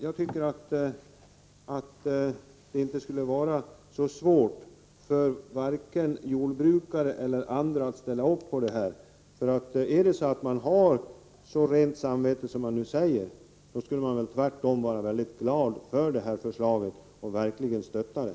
Jag tycker att det inte skulle vara så svårt för vare sig jordbrukare eller andra att ställa upp på detta. Om man har så rent samvete som man nu säger, så skulle man väl vara väldigt glad för det här förslaget och verkligen stötta det.